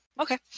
Okay